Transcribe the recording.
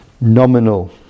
nominal